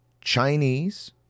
Chinese